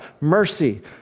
Mercy